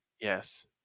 Yes